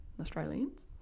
Australians